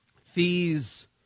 fees